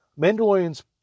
Mandalorian's